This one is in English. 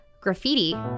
graffiti